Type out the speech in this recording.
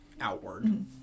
outward